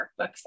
workbooks